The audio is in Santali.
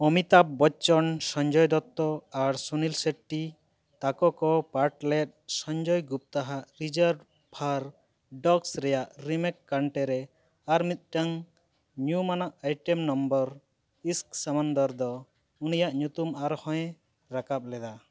ᱚᱢᱤᱛᱟᱵᱷ ᱵᱚᱪᱪᱚᱱ ᱥᱚᱧᱡᱚᱭ ᱫᱚᱛᱛᱚ ᱟᱨ ᱥᱩᱱᱤ ᱥᱮᱴᱴᱤ ᱛᱟᱠᱚ ᱠᱚ ᱯᱟᱴ ᱞᱮᱫ ᱥᱚᱧᱡᱚᱭ ᱜᱩᱯᱛᱟ ᱦᱟᱜ ᱨᱤᱡᱟᱨᱵᱷᱟᱨ ᱰᱚᱜᱽᱥ ᱨᱮᱭᱟᱜ ᱨᱤᱢᱮᱠ ᱠᱟᱱᱴᱮ ᱨᱮ ᱟᱨ ᱢᱤᱫᱴᱟᱝ ᱧᱩᱢᱟᱱᱟᱜ ᱟᱭᱴᱮᱢ ᱱᱚᱢᱵᱚᱨ ᱤᱥᱠ ᱥᱟᱢᱚᱱᱫᱚᱨ ᱫᱚ ᱩᱱᱤᱭᱟᱜ ᱧᱩᱛᱩᱢ ᱟᱨᱦᱚᱸᱭ ᱨᱟᱠᱟᱵ ᱞᱮᱫᱟ